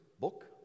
book